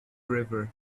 river